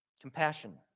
compassion